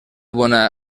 bona